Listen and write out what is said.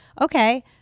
okay